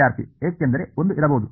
ವಿದ್ಯಾರ್ಥಿ ಏಕೆಂದರೆ ಒಂದು ಇರಬಹುದು